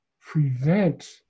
prevent